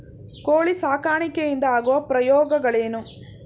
ಕೋಳಿ ಸಾಕಾಣಿಕೆಯಿಂದ ಆಗುವ ಉಪಯೋಗಗಳೇನು?